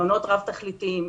מעונות רב-תכליתיים,